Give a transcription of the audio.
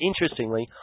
Interestingly